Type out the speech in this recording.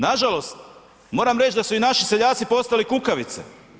Nažalost, moram reći da i naši seljaci postali kukavice.